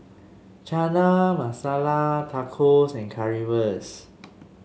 Chana Masala Tacos and Currywurst